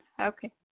Okay